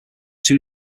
too